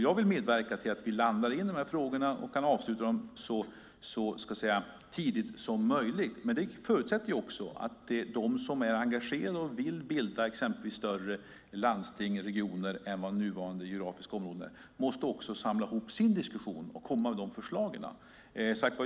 Jag vill medverka till att vi landar i frågorna och kan avsluta dem så tidigt som möjligt. Men det förutsätter att de som är engagerade och vill bilda exempelvis större landsting eller regioner än de nuvarande geografiska områdena måste samla ihop sin diskussion och komma med förslag.